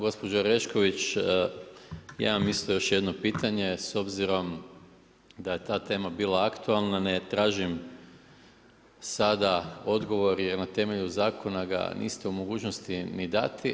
Gospođo Orešković, ja mislio još jedno pitanje, s obzirom da je ta tema bila aktualna, ne tražim sada odgovor, jer na temelju zakona ga niste u mogućnosti ni dati.